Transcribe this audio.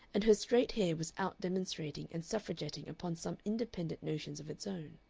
and her straight hair was out demonstrating and suffragetting upon some independent notions of its own.